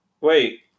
Wait